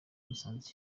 musanze